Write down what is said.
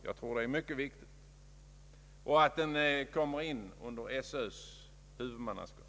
Jag tror att det är mycket viktigt att så sker, liksom att förskolan kommer in under Sö:s huvudmannaskap.